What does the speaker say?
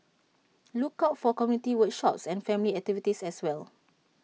look out for community workshops and family activities as well